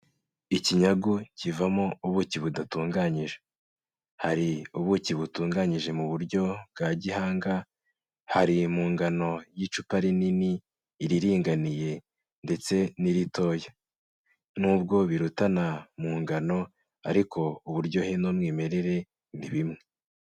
Ikinyagu kivamo ubuki budatunganyije, hari ubuki butunganyije mu buryo bwa gihanga, hari mu ngano y'icupa rinini, iriringaniye ndetse n'iritoya, nubwo birutana mu ngano ariko uburyohe n'umwimerere ni bimwe.